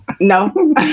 No